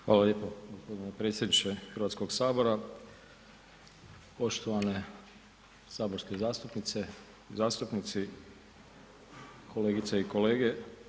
Hvala lijepo g. predsjedniče Hrvatskog sabora, poštovane saborske zastupnice i zastupnici, kolegice i kolege.